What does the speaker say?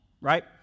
right